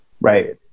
Right